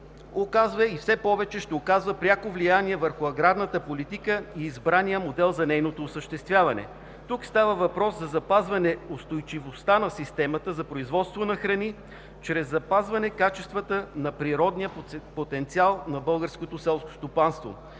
оказва и все повече ще оказва пряко влияние върху аграрната политика избраният модел за нейното осъществяване. Тук става въпрос за запазване устойчивостта на системата за производство на храни чрез запазване качествата на природния потенциал на българското селско стопанство,